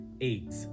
Eight